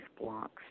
blocks